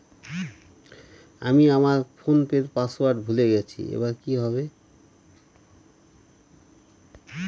আমি আমার ফোনপের পাসওয়ার্ড ভুলে গেছি এবার কি হবে?